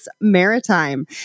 Maritime